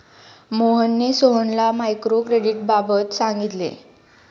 मोहनने सोहनला मायक्रो क्रेडिटबाबत सांगितले